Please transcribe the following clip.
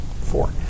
Four